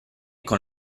con